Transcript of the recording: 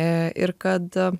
ir kad